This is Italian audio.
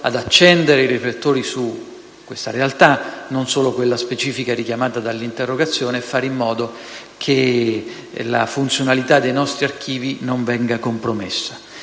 ad accendere i riflettori su questa realtà (non solo su quella specifica richiamata dall'interrogazione) e fare in modo che la funzionalità dei nostri archivi non venga compromessa.